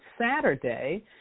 Saturday